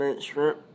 shrimp